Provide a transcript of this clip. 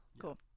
Cool